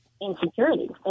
insecurity